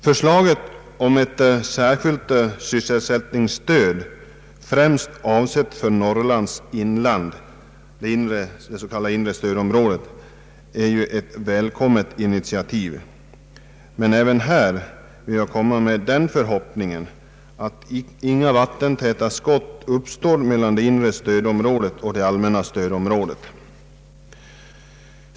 Förslaget om ett särskilt sysselsättningsstöd, främst avsett för Norrlands inland — det s.k. inre stödområdet — är ett välkommet initiativ, men även här vill jag uttrycka den förhoppningen att inga vattentäta skott skall uppstå mellan det inre och det allmänna stödområdet.